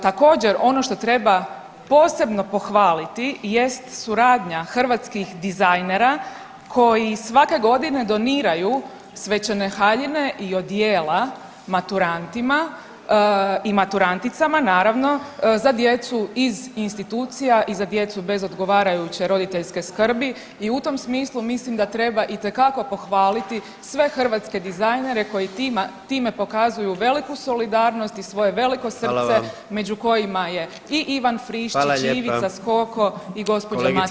Također ono što treba posebno pohvaliti jest suradnja hrvatskih dizajnera koji svake godine doniraju svečane haljine i odjela maturantima i maturanticama naravno za djecu iz institucija i za djecu bez odgovarajuće roditeljske skrbi i u tom smislu mislim da treba itekako pohvaliti sve hrvatske dizajnere koji time pokazuju veliku solidarnost i svoje veliko srce među kojima je i Ivan Friščić i Ivica Skoko i gospođa Matija Vujica.